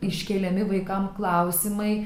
iškeliami vaikam klausimai